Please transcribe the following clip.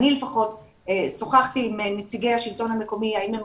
אני לפחות, ושוחחתי עם נציגי השלטון המקומי האם הם